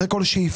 אחרי כל שאיפה.